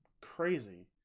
crazy